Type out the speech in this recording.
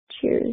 cheers